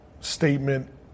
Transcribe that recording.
statement